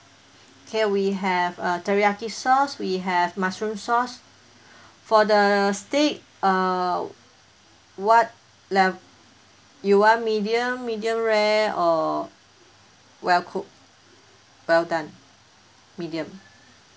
okay we have uh teriyaki sauce we have mushroom sauce for the steak uh what lev~ you want medium medium rare or well cooked well done medium